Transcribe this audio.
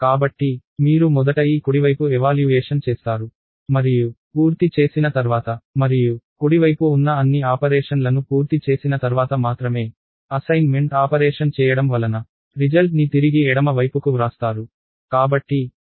కాబట్టి మీరు మొదట ఈ కుడివైపు ఎవాల్యూయేషన్ చేస్తారు మరియు పూర్తి చేసిన తర్వాత మరియు కుడివైపు ఉన్న అన్ని ఆపరేషన్లను పూర్తి చేసిన తర్వాత మాత్రమే అసైన్మెంట్ ఆపరేషన్ చేయడం వలన రిజల్ట్ ని తిరిగి ఎడమ వైపు కు వ్రాస్తారు